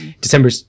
December